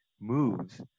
moves